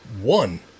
one